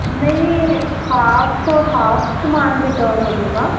ਨਈਂ half half ਸਮਾਨ return ਹੋਜੇਗਾ